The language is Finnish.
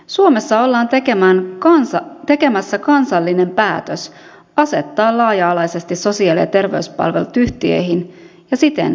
suomessa ollaan tekemässä kansallinen päätös asettaa laaja alaisesti sosiaali ja terveyspalvelut yhtiöihin ja siten myös kilpailutukseen